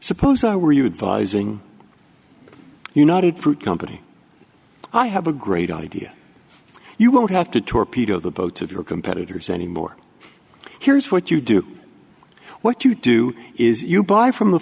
suppose i were you advising the united fruit company i have a great idea you won't have to torpedo the boat of your competitors anymore here's what you do what you do is you buy from the